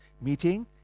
meeting